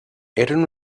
eren